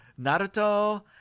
Naruto